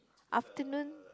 afternoon